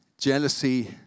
jealousy